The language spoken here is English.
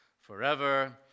forever